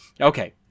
Okay